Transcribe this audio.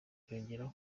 yongeraho